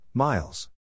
Miles